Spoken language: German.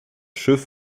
schiff